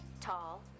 tall